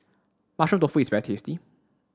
mushroom tofu is very tasty